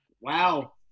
Wow